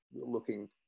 looking